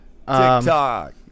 TikTok